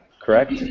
correct